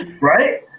Right